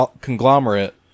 conglomerate